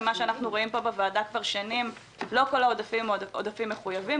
אנחנו רואים פה בוועדה כבר שנים שלא כל העודפים הם עודפים מחויבים.